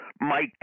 Mike